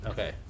Okay